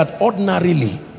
ordinarily